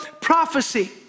prophecy